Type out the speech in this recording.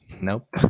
Nope